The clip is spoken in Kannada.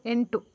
ಎಂಟು